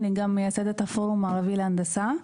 אני גם מייסדת הפורום הערבי להנדסה.